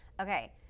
Okay